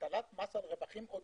הטלת מס על רווחים עודפים.